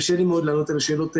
קשה לי מאוד לענות על השאלות האלה.